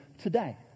today